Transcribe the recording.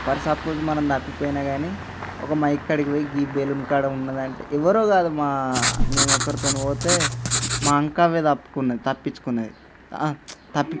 for suppose మనం తప్పిపోయిన కానీ ఒక మైక్ కాడికి పోయి ఈ బెలూన్ కాడ ఉన్నదంటే ఎవరో కాదు మా మేము ఒకరితో పోతే మా అంకవ్వ తప్పుకున్నది తప్పించుకున్నది